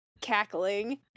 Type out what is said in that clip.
cackling